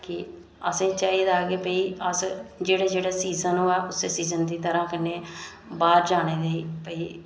कि असेंगी चाहिदा की भाई अस कि जेह्ड़ा जेह्ड़ा सीज़न होऐ उस्सै सीज़न दी तरह कन्नै बाहर जाने दे भाई